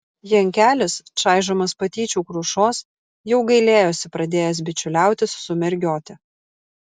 jankelis čaižomas patyčių krušos jau gailėjosi pradėjęs bičiuliautis su mergiote